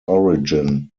origin